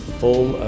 full